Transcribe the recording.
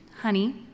Honey